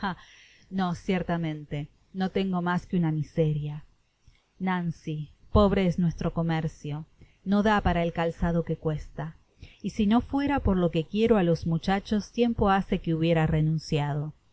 no ciertamente no tengo mas que una miseria nancy pobre es nuestro comercio no dá parapl calzadp que cuesta y si no fuera por lo que quiero á los muchachos tiempo hace que hwbiera renunciado